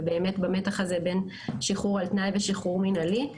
ובאמת במתח הזה בין שחרור על תנאי לשחרור מינהלי.